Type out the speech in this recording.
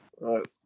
Right